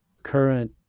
current